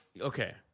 Okay